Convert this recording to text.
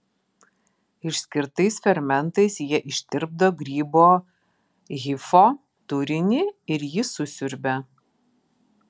išskirtais fermentais jie ištirpdo grybo hifo turinį ir jį susiurbia